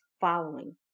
following